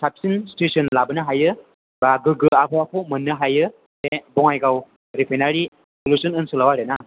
साबसिन सिचुवेसन लाबोनो हायो बा गोग्गो आबहावाखौ मोननो हायो बे बङाइगाव रिफायनारि पलिउसन ओनसोलाव आरोना